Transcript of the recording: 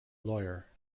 lawyer